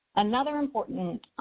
another important